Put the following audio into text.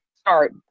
Start